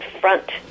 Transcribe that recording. front